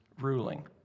ruling